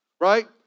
right